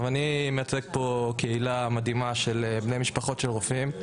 אני מייצג פה קהילה מדהימה של בני משפחות של רופאים,